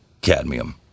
cadmium